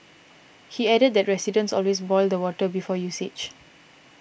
he added that residents always boil the water before usage